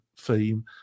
theme